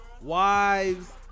Wives